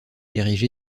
érigé